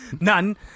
none